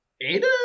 Ada